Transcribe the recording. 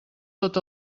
tot